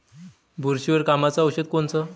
बुरशीवर कामाचं औषध कोनचं?